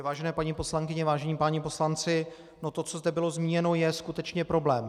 Vážené paní poslankyně, vážení páni poslanci, to, co zde bylo zmíněno, je skutečně problém.